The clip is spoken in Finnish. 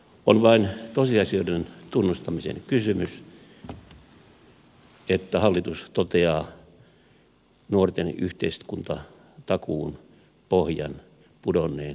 on vain tosiasioiden tunnustamisen kysymys että hallitus toteaa nuorten yhteiskuntatakuun pohjan pudonneen käytännössä